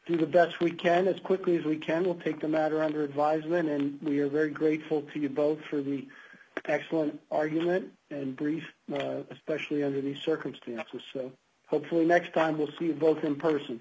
do the best we can as quickly as we can we'll take the matter under advisement and we're very grateful to you both for the excellent argument and brief especially under these circumstances so hopefully next time we'll see you both in person